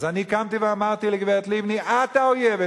אז אני קמתי ואמרתי לגברת לבני: את האויבת.